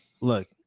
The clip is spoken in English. look